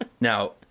Now